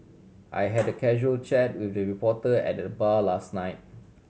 I had a casual chat with the reporter at the bar last night